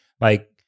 like-